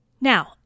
Now